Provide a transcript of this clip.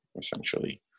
essentially